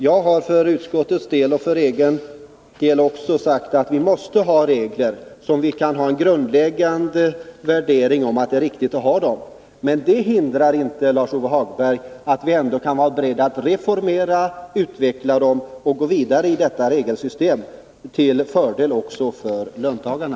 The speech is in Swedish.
Jag har för utskottets och även för min egen del sagt att vi måste ha regler grundade på värderingen att det är riktigt att ha regler. Men det hindrar inte, Lars-Ove Hagberg, att vi ändå kan vara beredda att reformera dem, utveckla dem och gå vidare i detta regelsystem — till fördel också för löntagarna.